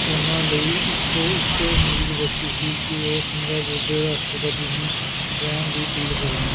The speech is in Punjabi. ਉਹਨਾਂ ਲਈ ਇੱਕੋ ਇੱਕ ਉਮੀਦ ਬਚੀ ਸੀ ਕਿ ਉਹ ਸਿੰਗਾਪੁਰ ਦੇ ਰਾਸ਼ਟਰਪਤੀ ਨੂੰ ਰਹਿਮ ਦੀ ਅਪੀਲ ਕਰਨਗੇ